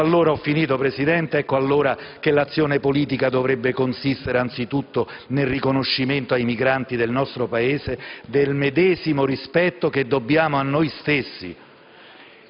e della disperazione. Ecco allora che l'azione politica dovrebbe consistere anzitutto nel riconoscimento ai migranti del nostro Paese del medesimo rispetto che dobbiamo a noi stessi.